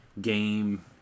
game